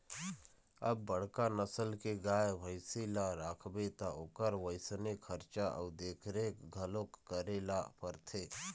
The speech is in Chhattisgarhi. अब बड़का नसल के गाय, भइसी ल राखबे त ओखर वइसने खरचा अउ देखरेख घलोक करे ल परथे